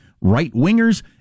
right-wingers